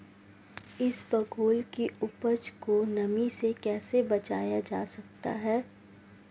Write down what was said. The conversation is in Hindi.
इसबगोल की उपज को नमी से कैसे बचाया जा सकता है?